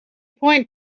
point